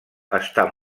està